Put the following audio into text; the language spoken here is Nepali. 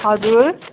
हजुर